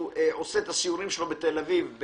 שעושה את הסיורים שלו בתל אביב,